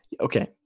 Okay